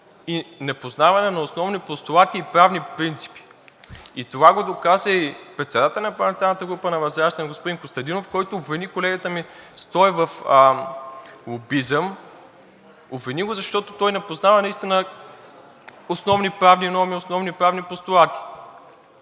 и непознаване на основни постулати и правни принципи, и това го доказа и председателят на парламентарната група на ВЪЗРАЖДАНЕ господин Костадинов, който обвини колегата ми Стоев в лобизъм, обвини го, защото той не познава наистина основни правни норми, основни правни постулати.